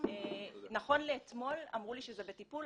נכון לאתמול אמרו לי שזה בטפול,